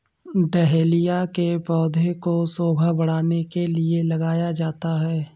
dahlia के पौधे को शोभा बढ़ाने के लिए लगाया जाता है